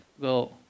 go